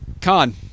Con